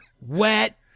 wet